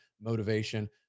motivation